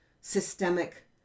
systemic